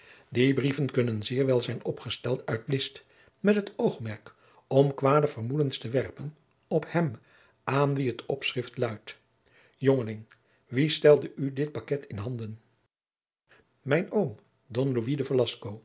die brieven kunnen zeer wel zijn opgesteld uit list met het oogmerk om kwade vermoedens te werpen op hem aan wien het opschrift luidt jongeling wie stelde u dit paket in handen mijn oom don